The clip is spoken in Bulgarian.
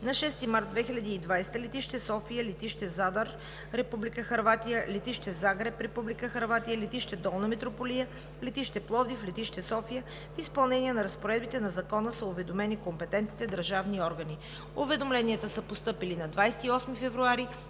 на 6 март 2020 г.: летище София – летище Задар, Република Хърватия – летище Загреб, Република Хърватия – летище Долна Митрополия – летище Пловдив – летище София. В изпълнение на разпоредбите на Закона са уведомени компетентните държавни органи. Уведомленията са постъпили на 28 февруари